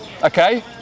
Okay